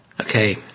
Okay